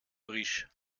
frisch